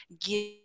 give